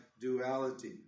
duality